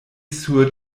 sur